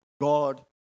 God